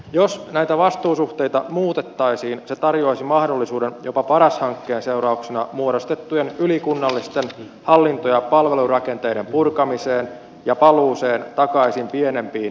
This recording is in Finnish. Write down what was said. jos näitä vastuusuhteita muutettaisiin se tarjoaisi mahdollisuuden jopa paras hankkeen seurauksena muodostettujen ylikunnallisten hallinto ja palvelurakenteiden purkamiseen ja paluuseen takaisin pienempiin yksiköihin